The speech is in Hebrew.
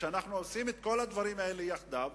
כשאנחנו עושים את כל הדברים האלה יחדיו,